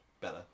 better